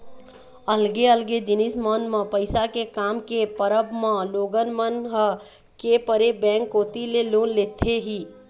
अलगे अलगे जिनिस मन म पइसा के काम के परब म लोगन मन ह के परे बेंक कोती ले लोन लेथे ही